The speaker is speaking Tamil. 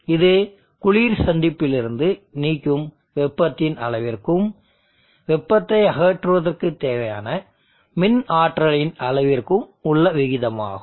இது குளிர் சந்திப்பிலிருந்து நீக்கும் வெப்பத்தின் அளவிற்கும் வெப்பத்தை அகற்றுவதற்கு தேவையான மின் ஆற்றலின் அளவிற்கும் உள்ள விகிதமாகும்